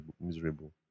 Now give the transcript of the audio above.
miserable